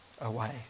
away